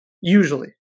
usually